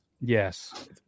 Yes